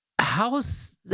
how's